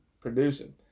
Producing